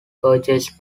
purchased